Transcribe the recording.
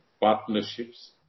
partnerships